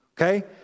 Okay